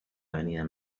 avenida